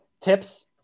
tips